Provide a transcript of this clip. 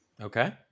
Okay